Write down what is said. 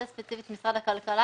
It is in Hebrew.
זה ספציפית משרד הכלכלה.